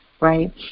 right